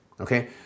Okay